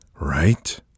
Right